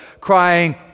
crying